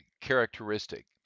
characteristic